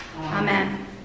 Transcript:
amen